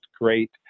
great